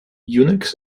unix